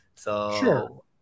Sure